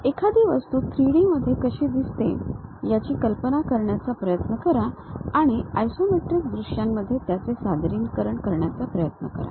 एखादी वस्तू 3D मध्ये कशी दिसते याची कल्पना करण्याचा प्रयत्न करा आणि आयसोमेट्रिक दृश्यांमध्ये त्याचे सादरीकरण करण्याचा प्रयत्न करा